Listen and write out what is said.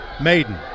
Maiden